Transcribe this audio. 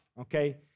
okay